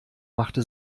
machte